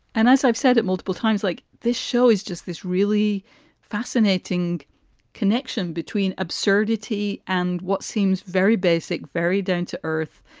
and as i've said it multiple times, like this show is just this really fascinating connection between absurdity and what seems very basic, very down to earth,